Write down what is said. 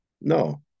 no